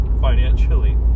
financially